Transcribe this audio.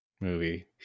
movie